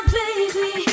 baby